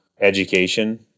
education